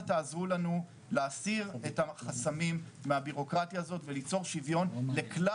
תעזרו לנו להסיר את החסמים מהבירוקרטיה הזאת וליצור שוויון לכלל